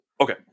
okay